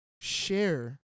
share